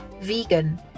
vegan